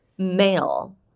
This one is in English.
Male